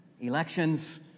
elections